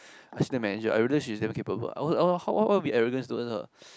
I shouldn't measure I realise she's damn capable I will I will always be arrogance though